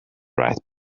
right